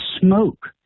smoke